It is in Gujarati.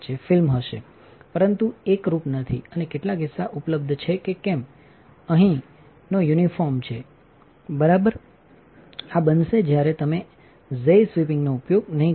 ફિલ્મ હશે પરંતુ તે એકરૂપ નથી અને કેટલાક હિસ્સાઉપલબ્ધ છે કેમ કે અહીં નો યુનિફોર્મ છે બરાબર આ બનશે જ્યારે તમેઝેયસ્વીપિંગનોઉપયોગ નહીં કરો